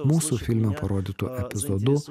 mūsų filme parodytu epizodu